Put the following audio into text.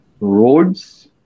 roads